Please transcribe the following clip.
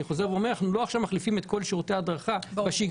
אני חוזר ואומר שאנחנו לא מחליפים עכשיו את כל שירותי ההדרכה בשגרה.